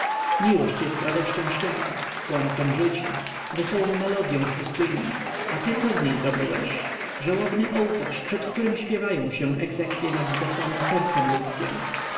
miłość jest radością świata słońcem życia wesołą melodyą w pustyni a ty co z niej zrobiłeś żałobny ołtarz przed którym śpiewają się egzekwie nad zdeptanem sercem ludzkiem